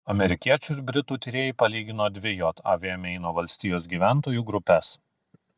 amerikiečių ir britų tyrėjai palygino dvi jav meino valstijos gyventojų grupes